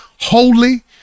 holy